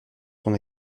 son